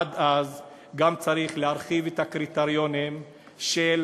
צריך גם להרחיב את הקריטריונים של